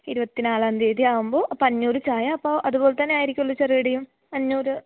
ഇരുപത്തിനാലാം തീയതിയാകുമ്പോള് അപ്പോള് അഞ്ഞൂറ് ചായ അപ്പോള് അതുപോലെതന്നെയായിരിക്കുമല്ലോ ചെറുകടിയും അഞ്ഞൂറ്